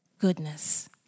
goodness